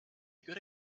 good